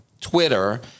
Twitter